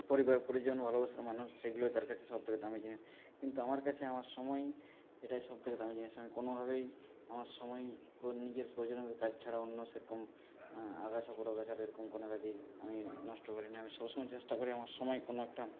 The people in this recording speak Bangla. পরিবার পরিজন ও ভালবাসার মানুষ সেগুলোই তার কাছে সবথেকে দামি জিনিস কিন্তু আমার কাছে আমার সময় এটাই সবথেকে দামি জিনিস আমি কোনোভাবেই আমার সময় প্রয়ো নিজের প্রয়োজনীয় কাজ ছাড়া কোনো সেরকম আগাছা পরগাছার এরকম কোনো কাজেই আমি নষ্ট করি না আমি সবসময় চেষ্টা করি আমার সময় কোনো একটা